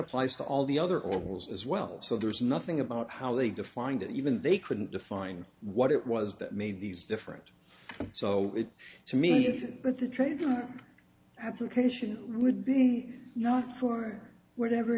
applies to all the other or holes as well so there's nothing about how they defined it even they couldn't define what it was that made these different so it to me but the trademark application would be not for whatever